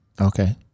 okay